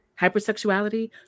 hypersexuality